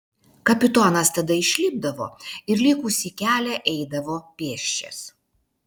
kapitonas tada išlipdavo ir likusį kelią eidavo pėsčias